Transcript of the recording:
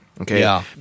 Okay